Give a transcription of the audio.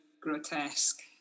grotesque